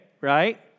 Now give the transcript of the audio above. right